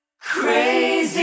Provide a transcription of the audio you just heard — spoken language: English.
Crazy